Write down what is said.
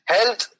Health